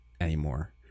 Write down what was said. anymore